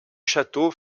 château